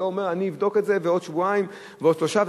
ולא אומר: אני אבדוק את זה בעוד שבועיים בעוד שלושה,